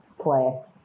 place